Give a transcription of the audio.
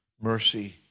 mercy